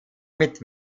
mit